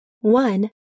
One